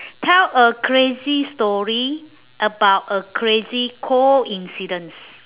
tell a crazy story about a crazy coincidence